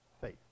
faith